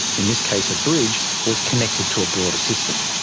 in this case a bridge, was connected to a broader system,